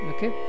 Okay